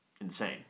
insane